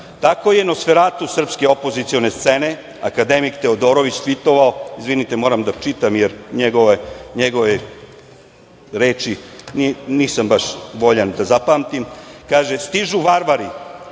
je nosveratu srpske opozicione scene akademik Todorović tvitovao, izvinite moram da čitam jer njegove reči nisam baš voljan da zapamtim. Kaže – stižu Varvari,